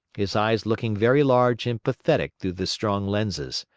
his eyes looking very large and pathetic through the strong lenses.